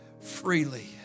freely